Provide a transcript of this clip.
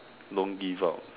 don't give up